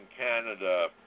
Canada